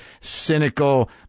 cynical